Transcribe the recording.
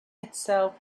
itself